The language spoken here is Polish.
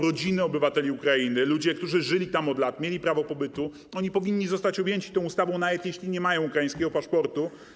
Rodziny obywateli Ukrainy, ludzie, którzy żyli tam od lat, mieli prawo pobytu, oni powinni zostać objęci tą ustawą, nawet jeśli nie mają ukraińskiego paszportu.